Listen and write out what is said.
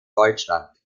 deutschland